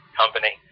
company